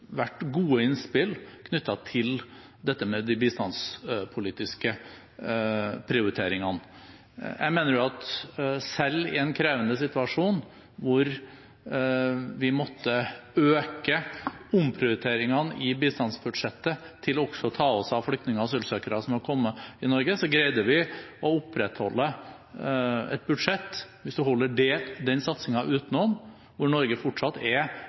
vært gode innspill knyttet til de bistandspolitiske prioriteringene. Jeg mener at selv i en krevende situasjon hvor vi måtte øke omprioriteringene i bistandsbudsjettet til også å ta oss av flyktninger og asylsøkere som har kommet til Norge, greide vi å opprettholde et budsjett – hvis man holder den satsingen utenom – hvor Norge fortsatt er,